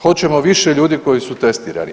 Hoćemo više ljudi koji su testirani.